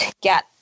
get